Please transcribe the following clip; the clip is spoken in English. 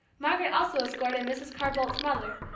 margaret also escorted mrs. carr-boldt's mother,